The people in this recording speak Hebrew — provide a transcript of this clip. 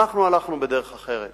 ואנחנו הלכנו בדרך אחרת.